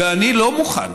ואני לא מוכן